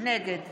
נגד